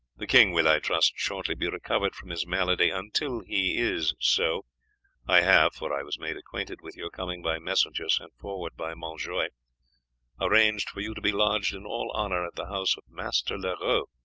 the king will, i trust, shortly be recovered from his malady until he is so i have for i was made acquainted with your coming by messenger sent forward by monjoie arranged for you to be lodged in all honour at the house of master leroux,